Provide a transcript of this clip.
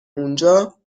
اونجا